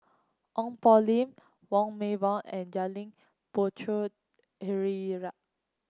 Ong Poh Lim Wong Meng Voon and Janil Puthucheary